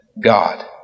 God